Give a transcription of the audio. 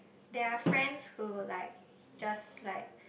there are friends who like just like